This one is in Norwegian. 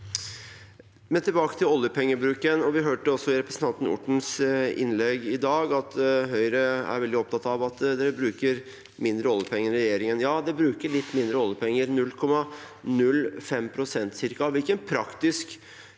Tilbake til oljepen- gebruken: Vi hørte også i representanten Ortens innlegg i dag at Høyre er veldig opptatt av at partiet bruker mindre oljepenger enn regjeringen. Ja, det bruker litt mindre oljepenger, ca. 0,05 pst. Hvilken praktisk